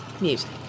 music